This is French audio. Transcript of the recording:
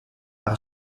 par